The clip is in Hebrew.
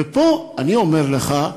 ופה אני אומר לך,